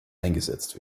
eingesetzt